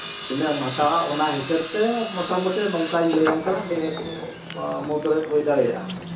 ᱛᱤᱱᱟᱹᱜ ᱮᱢ ᱦᱟᱛᱟᱣᱟ ᱚᱱᱟ ᱦᱤᱥᱟᱹᱵᱛᱮ ᱢᱳᱴᱟᱢᱩᱴᱤ ᱱᱚᱝᱠᱟᱧ ᱞᱟᱹᱭᱟᱢ ᱠᱟᱱᱟ ᱱᱤᱭᱟᱹ ᱠᱚ ᱢᱩᱫᱽᱨᱮ ᱦᱩᱭ ᱫᱟᱲᱮᱭᱟᱜᱼᱟ